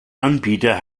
anbieter